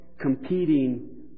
competing